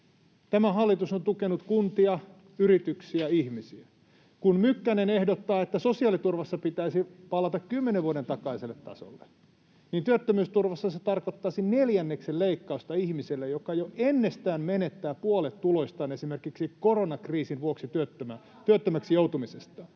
Tämä hallitus on tukenut kuntia, yrityksiä, ihmisiä. Kun Mykkänen ehdottaa, että sosiaaliturvassa pitäisi palata kymmenen vuoden takaiselle tasolle, niin työttömyysturvassa se tarkoittaisi neljänneksen leikkausta ihmiselle, joka jo ennestään menettää puolet tuloistaan esimerkiksi koronakriisin vuoksi työttömäksi jouduttuaan.